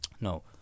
no